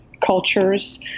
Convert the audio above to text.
cultures